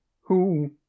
Who